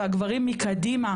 והגברים מקדימה,